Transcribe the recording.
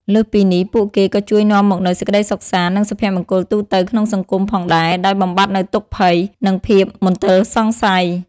លើសពីនេះ ពួកគេក៏ជួយនាំមកនូវ សេចក្ដីសុខសាន្ត និងសុភមង្គលទូទៅក្នុងសង្គម ផងដែរ ដោយបំបាត់នូវទុក្ខភ័យ និងភាពមន្ទិលសង្ស័យ។